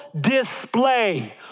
display